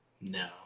No